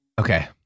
Okay